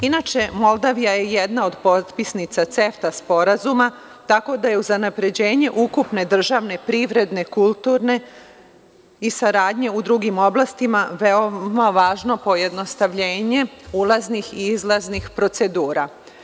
Inače, Moldavija je jedna od potpisnica CEFTA sporazuma tako da je za unapređenje ukupne, državne, privredne, kulturne i saradnje u drugim oblastima veoma važna pojednostavljenje ulaznih i izlaznih procedura.